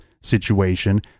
situation